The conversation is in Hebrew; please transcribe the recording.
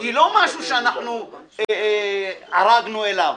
היא לא משהו שאנחנו ערגנו אליו.